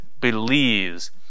believes